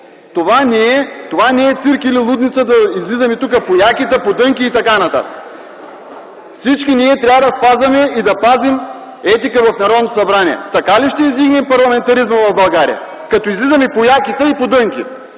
Това не е цирк или лудница, да излизаме тук по якета, по дънки и т.н. (Шум и реплики.) Всички трябва да спазваме и да пазим етика в Народното събрание. Така ли ще издигнем парламентаризма в България? Като излизаме по якета и по дънки.